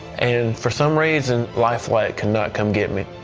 and for some reason, life flight cannot come get me.